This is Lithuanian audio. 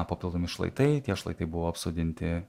papildomi šlaitai tie šlaitai buvo apsodinti